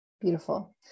Beautiful